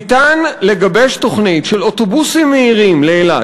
ניתן לגבש תוכנית של אוטובוסים מהירים לאילת